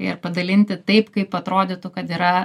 ir padalinti taip kaip atrodytų kad yra